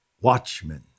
Watchmen